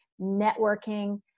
networking